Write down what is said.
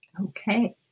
Okay